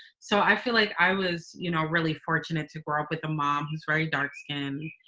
so i feel like i was you know really fortunate to grow up with a mom who's very dark skinned,